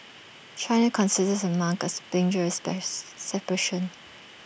China considers the monk as dangerous space separation